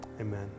Amen